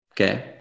Okay